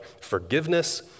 forgiveness